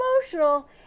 emotional